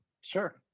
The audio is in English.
sure